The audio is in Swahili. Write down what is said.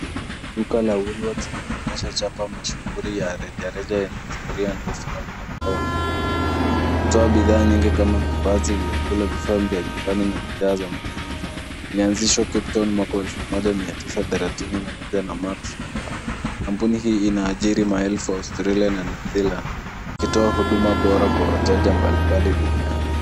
Duka la Woolworths linaonyesha chapa mashuhuri ya rejereja yenye historia ndefu na mpango wa kimataifa. Hutoa bidhaa nyingi kama mavazi, vyakula, vifaa vya nyumbani na bidhaa za matumuzi. Ilianzishwa Cape Town mwaka wa 1931 na Maxwell Mark. Kampuni hii inaajiri maelfu Australia na Newzealand, ikitoa huduma bora kwa wateja mbalimbali duniani.